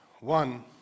one